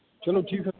چلو ٹھیٖک حظ